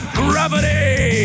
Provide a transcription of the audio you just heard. gravity